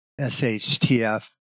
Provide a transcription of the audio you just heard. SHTF